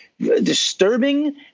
disturbing